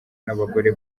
n’abagore